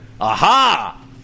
aha